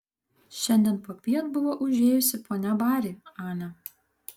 šiandien popiet buvo užėjusi ponia bari ane